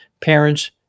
parents